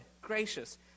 gracious